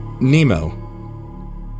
Nemo